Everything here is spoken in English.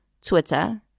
Twitter